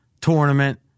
Tournament